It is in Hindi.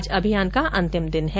आज अभियान का अंतिम दिन है